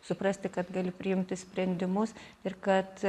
suprasti kad gali priimti sprendimus ir kad